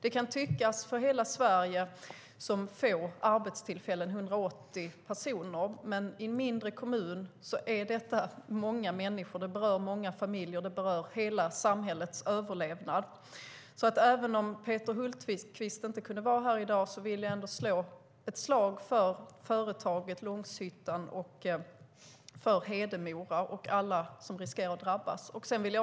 180 jobb kan tyckas lite, men i en mindre kommun handlar det om många människor. Det berör många familjer och handlar om hela samhällets överlevnad. Peter Hultqvist kunde inte vara här i dag, men jag vill slå ett slag för företaget i Långshyttan, för Hedemora och för alla som riskerar att drabbas.